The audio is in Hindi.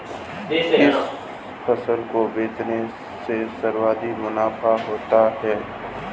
किस फसल को बेचने से सर्वाधिक मुनाफा होता है?